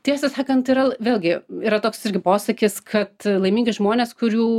tiesą sakant yra vėlgi yra toks irgi posakis kad laimingi žmonės kurių